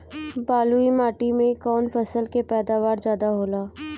बालुई माटी में कौन फसल के पैदावार ज्यादा होला?